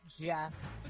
Jeff